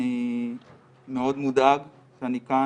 אני מאוד מודאג שאני כאן.